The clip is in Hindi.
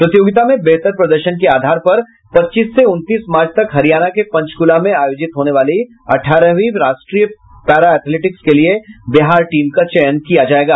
प्रतियोगिता में बेहतर प्रदर्शन के आधार पर पच्चीस से उनतीस मार्च तक हरियाणा के पंचकुला में आयोजित होने वाली अठारहवीं राष्ट्रीय पैरा एथेलेटिक्स के लिए बिहार टीम का चयन किया जायेगा